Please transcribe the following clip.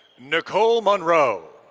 nicole monroe.